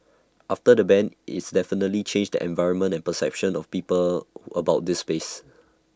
after the ban its definitely changed the environment and perception of people about this space